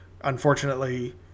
unfortunately